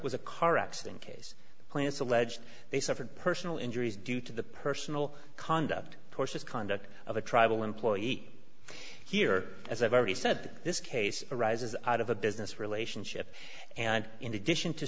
was a car accident case plants alleged they suffered personal injuries due to the personal conduct courses conduct of a tribal employee here as i've already said this case arises out of a business relationship and in addition to